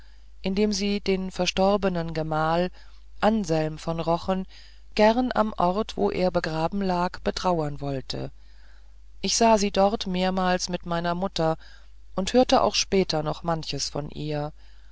indem sie den verstorbenen gemahl anselm von rochen gern am ort wo er begraben lag betrauern wollte ich sah sie dort mehrmals mit meiner mutter und hörte auch später noch manches von ihr